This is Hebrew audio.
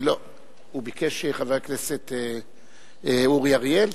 הוא ביקש, חבר הכנסת אורי אריאל?